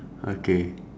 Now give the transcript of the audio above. okay